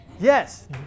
Yes